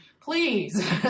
please